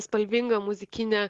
spalvinga muzikinė